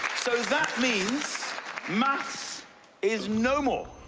so that means maths is no more!